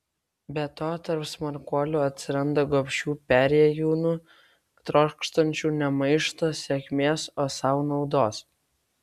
be to tarp smarkuolių atsiranda gobšių perėjūnų trokštančių ne maišto sėkmės o sau naudos